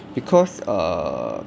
because err